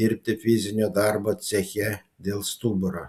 dirbti fizinio darbo ceche dėl stuburo